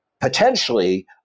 potentially